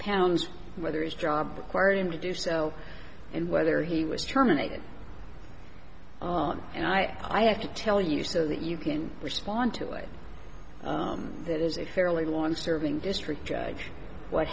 pounds whether his job quired him to do so and whether he was terminated i have to tell you so that you can respond to it that is a fairly long serving district judge what